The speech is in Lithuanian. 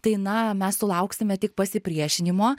tai na mes sulauksime tik pasipriešinimo